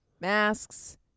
Masks